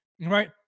right